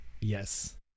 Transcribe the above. yes